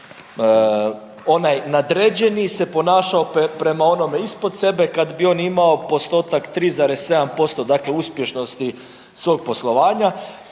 onaj nadređeni se ponašao prema onome ispod sebe kada bi on imao postotak 3,7% dakle uspješnosti svog poslovanja.